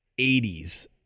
80s